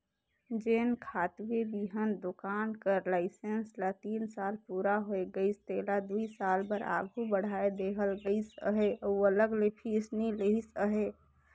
जेन खातूए बीहन दोकान कर लाइसेंस ल तीन साल पूरा होए गइस तेला दुई साल बर आघु बढ़ाए देहल गइस अहे अउ अलग ले फीस नी लेहिस अहे